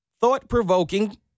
thought-provoking